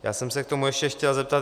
Já jsem se k tomu ještě chtěl zeptat.